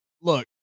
Look